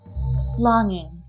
Longing